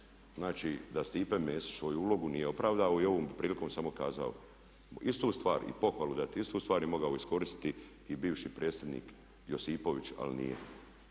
Znači, da Stipe Mesić svoju ulogu nije opravdavao i ovom bih prilikom samo kazao istu stvar i pohvalu, dat istu stvar i mogao iskoristiti i bivši predsjednik Josipović ali nije.